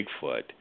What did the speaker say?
Bigfoot